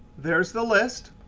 there's the list.